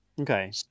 okay